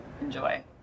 enjoy